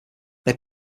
they